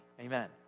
Amen